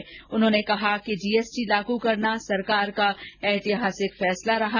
वित्त मंत्री ने कहा कि जीएसटी लागू करना सरकार का ऐतिहासिक फैसला रहा